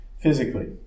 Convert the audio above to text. physically